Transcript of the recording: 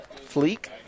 Fleek